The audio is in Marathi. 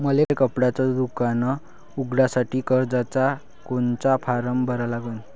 मले कपड्याच दुकान उघडासाठी कर्जाचा कोनचा फारम भरा लागन?